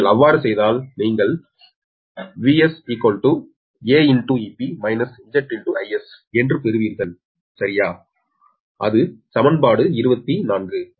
நீங்கள் அவ்வாறு செய்தால் நீங்கள் பெறுவீர்கள் 𝑽𝒔 𝒂 ∗𝑬𝒑−𝒁𝒔 ∗ 𝑰𝒔 சரியா அது சமன்பாடு 24